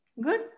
good